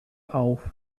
auf